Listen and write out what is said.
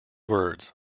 words